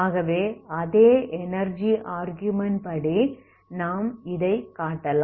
ஆகவே அதே energy argument படி நாம் இதை காட்டலாம்